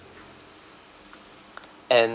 and